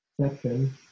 section